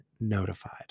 notified